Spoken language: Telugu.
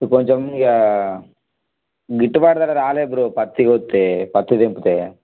కొంచెం ఇగా గిట్టుబాటు ధర రాలేదు బ్రో పత్తికొస్తే పత్తి తెంపితే